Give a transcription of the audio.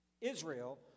Israel